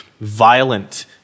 violent